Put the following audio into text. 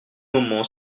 moment